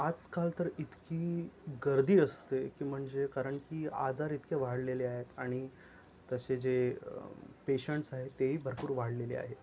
आजकाल तर इतकी गर्दी असते की म्हणजे कारण की आजार इतके वाढलेले आहेत आणि तसे जे पेशंट आहेत तेही भरपूर वाढलेले आहे